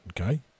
okay